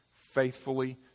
faithfully